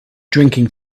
drinking